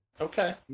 Okay